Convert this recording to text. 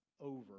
over